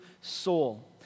soul